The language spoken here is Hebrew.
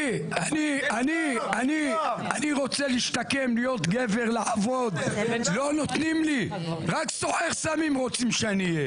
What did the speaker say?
אני רוצה מאוד לברך כמובן את היושב ראש קודם כל שאתה מביא את הנושא